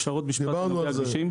אפשר עוד משפט בנוגע לדרכי הגישה?